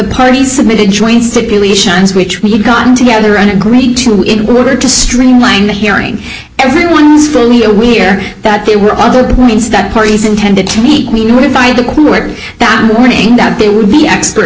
party submitted joint stipulations which we had gotten together and agreed to in order to streamline the hearing everyone's fully aware that there were other means that parties intended to meet we notified the court that morning that they would be expert